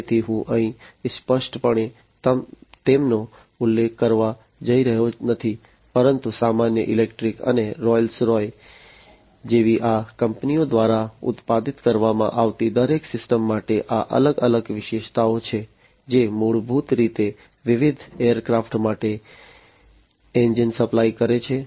તેથી હું અહીં સ્પષ્ટપણે તેમનો ઉલ્લેખ કરવા જઈ રહ્યો નથી પરંતુ સામાન્ય ઇલેક્ટ્રિક અને રોલ્સ રોયસ જેવી આ કંપનીઓ દ્વારા ઉત્પાદિત કરવામાં આવતી દરેક સિસ્ટમ માટે આ અલગ અલગ વિશેષતાઓ છે જે મૂળભૂત રીતે વિવિધ એરક્રાફ્ટ માટે એન્જિન સપ્લાય કરે છે